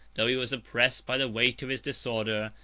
though he was oppressed by the weight of his disorder,